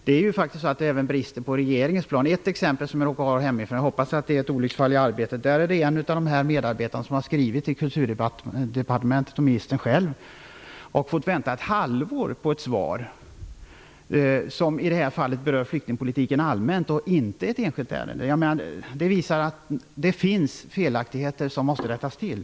Det brister även på regeringens plan. Jag har ett exempel, som jag hoppas är ett olycksfall i arbetet. En av medarbetarna i en frivilligorganisation har skrivit till Kulturdepartementet och ministern själv och fått vänta ett halvår på svar. I detta fall berörde brevet flyktingpolitiken allmänt och inte ett enskilt ärende. Det visar att det finns felaktigheter som måste rättas till.